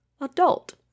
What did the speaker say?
adult